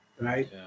Right